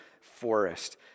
forest